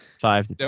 five